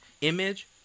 image